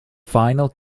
final